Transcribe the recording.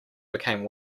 became